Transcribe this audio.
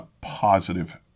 positive